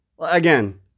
Again